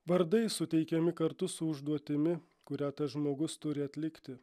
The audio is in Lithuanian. vardai suteikiami kartu su užduotimi kurią tas žmogus turi atlikti